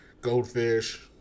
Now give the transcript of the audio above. Goldfish